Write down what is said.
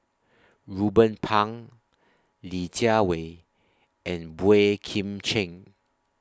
Ruben Pang Li Jiawei and Boey Kim Cheng